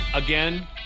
Again